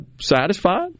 satisfied